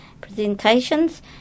presentations